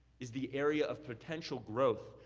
is the area of potential growth,